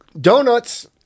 donuts